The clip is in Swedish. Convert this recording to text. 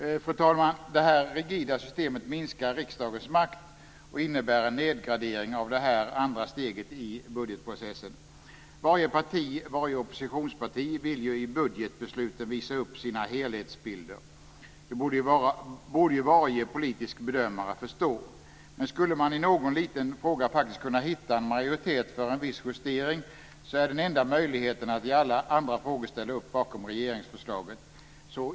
Fru talman! Det här rigida systemet minskar riksdagens makt och innebär en nedgradering av det andra steget i budgetprocessen. Varje parti - varje oppositionsparti - vill ju i budgetbesluten visa upp sina helhetsbilder. Det borde ju varje politisk bedömare förstå. Men för att i någon liten fråga faktiskt kunna hitta en majoritet för en viss justering är den enda möjligheten att i alla andra frågor ställa upp bakom regeringsförslaget.